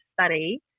study